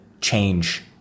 change